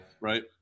Right